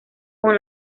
con